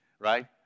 right